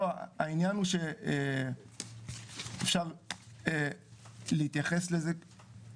לא, העניין הוא שאפשר להתייחס לזה כך,